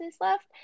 left